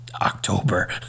October